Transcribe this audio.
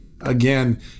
Again